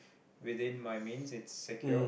within my means it's secure